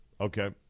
okay